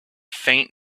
faint